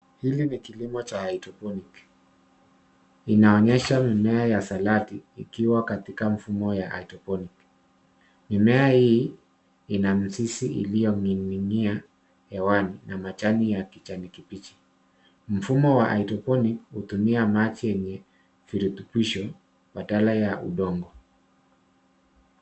Hili ni kilimo cha hydroponic , inaonyesha mimea ya saladi ikiwa katika mfumo ya hydroponic . Mimea hii inamizizi iliyoning'inia hewani na majani ya kijani kibichi. Mfumo wa hydroponic hutumia maji yenye virutubisho badala ya udongo.